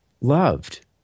loved